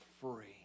free